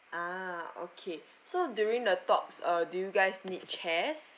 ah okay so during the talks uh do you guys need chairs